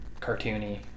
cartoony